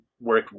work